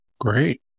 Great